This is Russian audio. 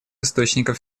источников